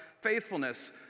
faithfulness